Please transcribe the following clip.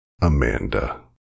Amanda